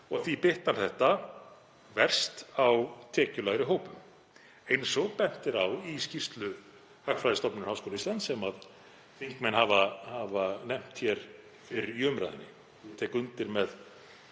Því bitnar þetta verst á tekjulægri hópum eins og bent er á í skýrslu Hagfræðistofnunar Háskóla Íslands sem þingmenn hafa nefnt hér fyrr í umræðunni.